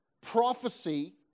prophecy